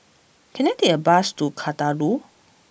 can I take a bus to Kadaloor